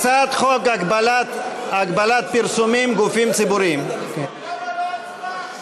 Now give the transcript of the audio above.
הצעת חוק הגבלת פרסומים (גופים ציבוריים) למה לא הצבעה עכשיו?